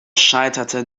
scheiterte